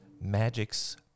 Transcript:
magic's